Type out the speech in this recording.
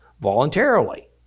voluntarily